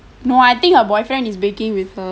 no I think her boyfriend is baking with her